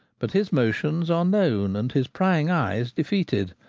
but his motions are known, and his prying eyes defeated.